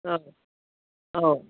ꯑꯧ